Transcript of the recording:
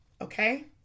okay